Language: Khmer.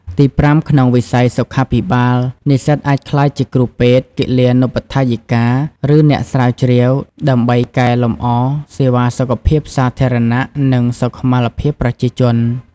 ទីប្រាំ ក្នុងវិស័យសុខាភិបាល និស្សិតអាចក្លាយជាគ្រូពេទ្យ គិលានុបដ្ឋាយិកា ឬអ្នកស្រាវជ្រាវ ដើម្បីកែលម្អសេវាសុខភាពសាធារណៈ និងសុខុមាលភាពប្រជាជន។